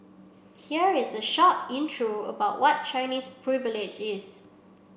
here is a short intro about what Chinese Privilege is